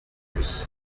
lui